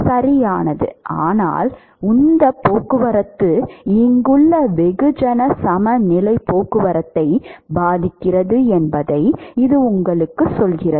சரியானது ஆனால் உந்த போக்குவரத்து இங்குள்ள வெகுஜன சமநிலை போக்குவரத்தை பாதிக்கிறது என்பதை இது உங்களுக்கு சொல்கிறது